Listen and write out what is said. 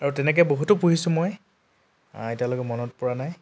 আৰু তেনেকৈ বহুতো পঢ়িছোঁ মই এতিয়ালৈকে মনত পৰা নাই